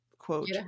Quote